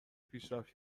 پیشرفت